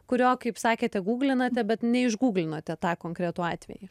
kurio kaip sakėte gūglinate bet neišgūglinote tą konkretų atvejį